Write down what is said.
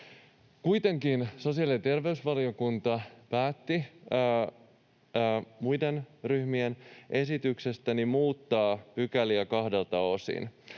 Kuitenkin sosiaali- ja terveysvaliokunta päätti muiden ryhmien esityksestä muuttaa pykäliä kahdelta osin,